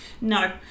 No